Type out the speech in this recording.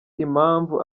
impamvu